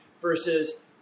versus